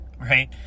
right